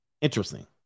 Interesting